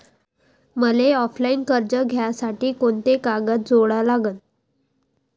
मले ऑफलाईन कर्ज घ्यासाठी कोंते कागद जोडा लागन?